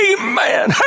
Amen